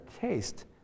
taste